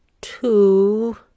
two